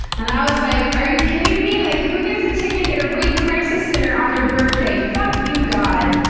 and i was like, are you kidding me? like, who gets a ticket at a rape crisis center on their birthday? fuck you, god!